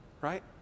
right